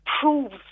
proves